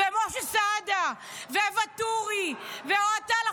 ומשה סעדה וואטורי ואוהד טל,